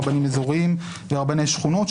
רבנים אזוריים ורבני שכונות,